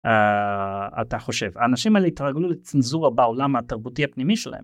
אתה חושב האנשים האלה התרגלו לצנזורה בעולם התרבותי הפנימי שלהם.